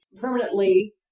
permanently